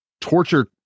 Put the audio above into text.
torture